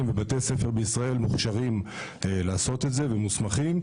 בבתי ספר בישראל מוכשרים לעשות את זה ומוסמכים,